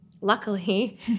luckily